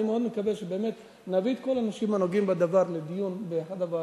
אני מאוד מקווה שבאמת נביא את האנשים הנוגעים בדבר לדיון באחת הוועדות,